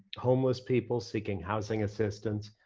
homeless people seeking housing assistance,